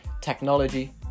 technology